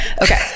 Okay